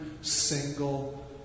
single